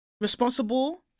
responsible